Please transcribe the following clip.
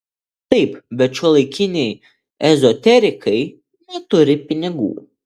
taip bet šiuolaikiniai ezoterikai neturi pinigų